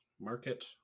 Market